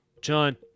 John